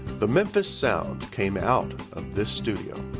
the memphis sound came out of this studio.